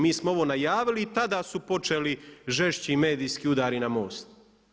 Mi smo ovo najavili i tada su počeli žešći medijski udari na MOST.